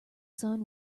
sun